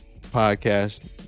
Podcast